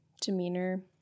demeanor